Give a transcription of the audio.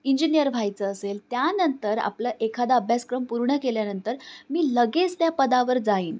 engineer व्हायचं असेल त्यानंतर आपलं एखादा अभ्यासक्रम पूर्ण केल्यानंतर मी लगेच त्या पदावर जाईन